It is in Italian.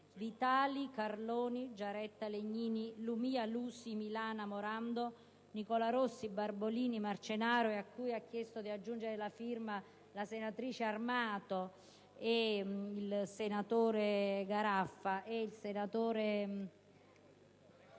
Vitali, Carloni, Giaretta, Legnini, Lumia, Lusi, Milana, Morando, Nicola Rossi, Barbolini, Marcenaro e a cui hanno chiesto di aggiungere la firma la senatrice Armato e i senatori Garaffa e Pegorer,